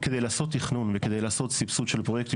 כדי לעשות תכונן וכדי לעשות סבסוד של פרויקטים,